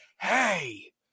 hey